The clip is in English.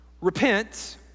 Repent